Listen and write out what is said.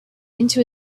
into